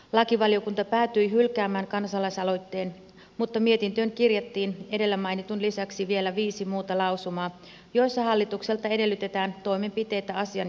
lakivaliokunta päätyi hylkäämään kansalaisaloitteen mutta mietintöön kirjattiin edellä mainitun lisäksi vielä viisi muuta lausumaa joissa hallitukselta edellytetään toimenpiteitä asian jatkotyöstämiseksi